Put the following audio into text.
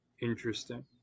interesting